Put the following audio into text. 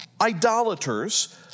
idolaters